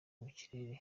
mukirere